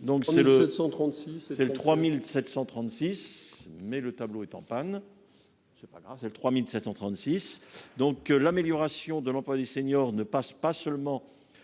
Donc c'est le 736 c'est le 3736 mais le tableau est en panne. C'est pas grave c'est 3736 donc l'amélioration de l'emploi des seniors ne passe pas seulement